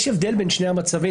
יש הבדל בין שני המצבים.